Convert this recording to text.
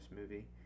movie